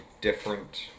different